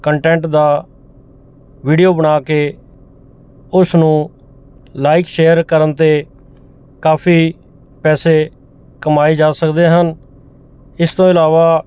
content ਦਾ video ਬਣਾ ਕੇ ਉਸ ਨੂੰ ਲਾਇਕ ਸ਼ੇਅਰ ਕਰਨ 'ਤੇ ਕਾਫੀ ਪੈਸੇ ਕਮਾਏ ਜਾ ਸਕਦੇ ਹਨ ਇਸ ਤੋਂ ਇਲਾਵਾ